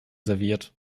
serviert